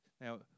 now